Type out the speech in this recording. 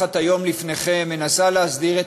שמונחת היום לפניכם מנסה להסדיר את